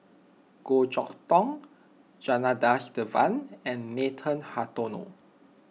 Goh Chok Tong Janadas Devan and Nathan Hartono